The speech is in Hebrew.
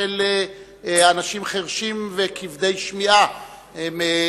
לאחר שמאות אלפים מתושבי המדינה,